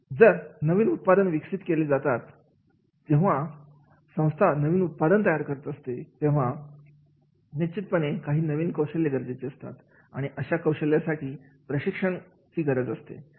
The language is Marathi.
जमा नवीन उत्पादन विकसित केले जातात जेव्हा संस्था नवीन उत्पादन तयार करत असते तेव्हा निश्चितपणे काही नवीन कौशल्य गरजेचे असतात आणि अशा कौशल्यासाठी प्रशिक्षणाची गरज असते